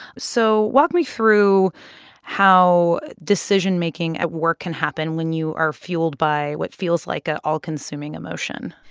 so walk me through how decision-making at work can happen when you are fueled by what feels like a all-consuming emotion